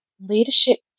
Leadership